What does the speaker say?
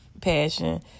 passion